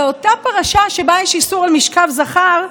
באותה פרשה שבה יש איסור משכב זכר,